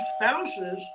spouses